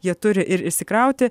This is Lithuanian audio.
jie turi ir išsikrauti